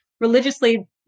Religiously